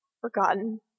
Forgotten